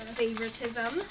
favoritism